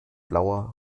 blauer